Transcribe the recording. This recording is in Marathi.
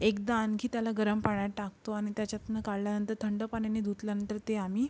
एकदा आणखी त्याला गरम पाण्यात टाकतो आणि त्याच्यात काढल्यानंतर थंड पाण्याने धुतल्यानंतर ते आम्ही